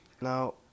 Now